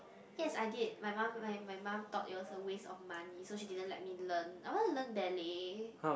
yes I did my mum my my mum thought it's a waste of money so she didn't let me learn I want to learn ballet